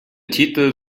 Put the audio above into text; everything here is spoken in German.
titel